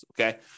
okay